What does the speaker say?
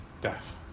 death